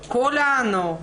כולנו,